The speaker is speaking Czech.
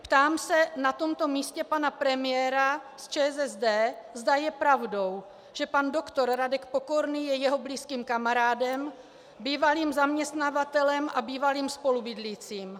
Ptám se na tomto místě pana premiéra z ČSSD, zda je pravdou, že pan doktor Radek Pokorný je jeho blízkým kamarádem, bývalým zaměstnavatelem a bývalým spolubydlícím.